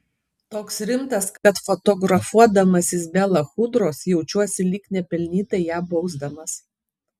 toks rimtas kad fotografuodamasis be lachudros jaučiuosi lyg nepelnytai ją bausdamas